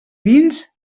vins